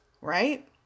right